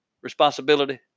responsibility